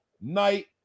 night